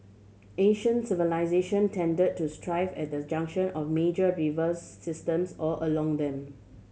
ancient civilisation tend to thrive at the junction of major river systems or along them